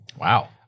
Wow